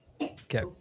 okay